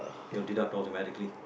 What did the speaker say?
it will deduct automatically